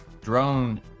drone